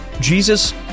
Jesus